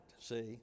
see